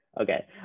okay